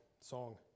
song